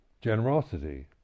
generosity